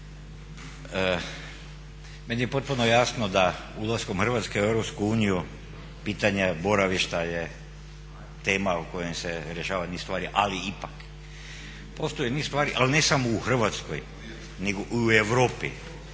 meni je potpuno jasno da ulaskom Hrvatske u EU pitanje boravišta je tema o kojoj se rješava niz stvari, ali ipak, postoji niz stvari ali ne samo u Hrvatskoj nego i u Europi